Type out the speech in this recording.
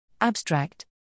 Abstract